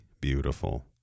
beautiful